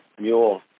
mule